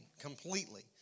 completely